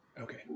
Okay